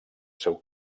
seu